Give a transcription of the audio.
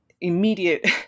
immediate